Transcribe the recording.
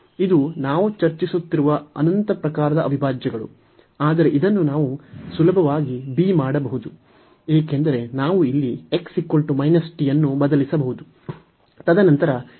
ಇದು ನಾವು ಚರ್ಚಿಸುತ್ತಿರುವ ಅನಂತ ಪ್ರಕಾರದ ಅವಿಭಾಜ್ಯಗಳು ಆದರೆ ಇದನ್ನು ನಾವು ಸುಲಭವಾಗಿ b ಮಾಡಬಹುದು ಏಕೆಂದರೆ ನಾವು ಇಲ್ಲಿ x t ಅನ್ನು ಬದಲಿಸಬಹುದು